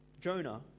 Jonah